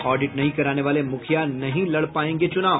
audit नहीं कराने वाले मुखिया नहीं लड़ पायेंगे चुनाव